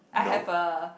I have a